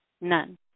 None